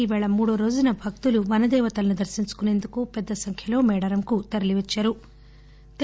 ఈరోజు మూడవరోజు భ క్తులు వనదేవతలని దర్తించుకొసేందుకు పెద్ద సంఖ్యలో మేడారంకు తరలివచ్చారు